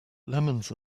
lemons